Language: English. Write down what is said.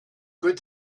good